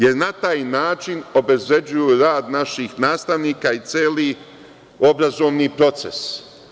Jer, na taj način obezvređuju rad naših nastavnika i celi obrazovni proces.